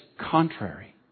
contrary